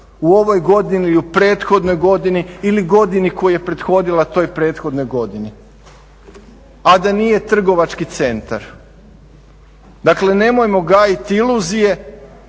U ovoj godini ili u prethodnoj godini ili godini koja je prethodila toj prethodnoj godini, a da nije trgovački centar. Dakle, nemojmo gajiti iluzije